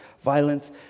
violence